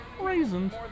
Raisins